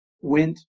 went